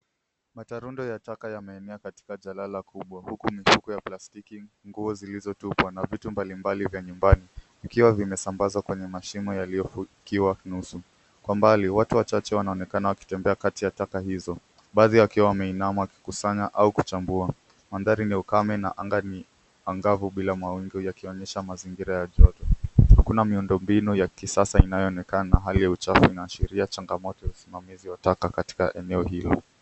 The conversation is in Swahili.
Matarundo ya taka yameenea katika jalala kubwa huku mzigo ya plastiki, nguo zilizotupwa na vitu mbalimbali vya nyumbani vikiwa vimesambazwa kwenye mashimo yaliyofukiwa nusu. Kwa mbali, watu wachache wanaonekana wakitembea kati ya taka hizo. Baadhi yao wakiwa wameinama wakikusanya au kuchambua. Mandhari ni ya ukame na anga ni angavu bila mawingu yakionyesha mazingira ya joto. Hakuna miundo mbinu ya kisasa inayoonekana. Hali ya uchafu inaashiria changamoto ya usimamizi wa taka katika eneo hilo.